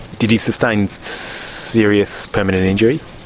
did he sustained serious permanent injuries?